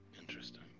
Interesting